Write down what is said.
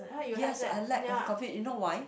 yes I lack of coffee you know why